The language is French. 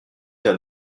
d’un